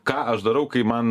ką aš darau kai man